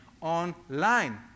online